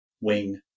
wing